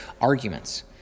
arguments